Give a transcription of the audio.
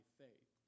faith